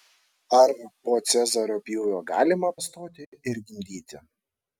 ar po cezario pjūvio galima pastoti ir gimdyti